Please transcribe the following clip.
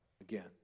again